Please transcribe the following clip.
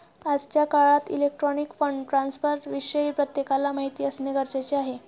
आजच्या काळात electronic fund ट्रान्स्फरविषयी प्रत्येकाला माहिती असणे गरजेचे आहे